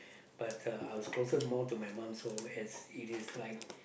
but uh I was closer more to my mum so as it is like